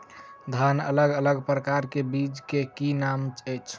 धान अलग अलग प्रकारक बीज केँ की नाम अछि?